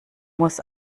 muss